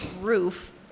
roof